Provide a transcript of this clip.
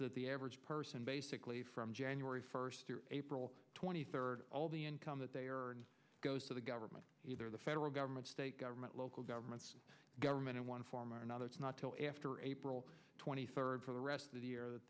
that the average person basically from january first through april twenty third all the income that they are goes to the government either the federal government state government local governments government in one form or another it's not till after april twenty third for the rest of the year that